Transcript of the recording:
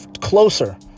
closer